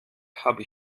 habe